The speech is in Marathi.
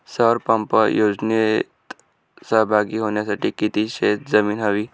सौर पंप योजनेत सहभागी होण्यासाठी किती शेत जमीन हवी?